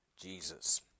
Jesus